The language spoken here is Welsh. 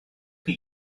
barn